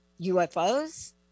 UFOs